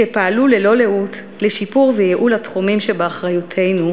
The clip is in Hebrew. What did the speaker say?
שפעלו ללא לאות לשיפור ולייעול התחומים שבאחריותנו,